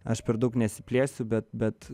aš per daug nesiplėsiu bet bet